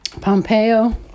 Pompeo